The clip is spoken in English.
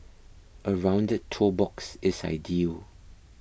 a rounded toe box is ideal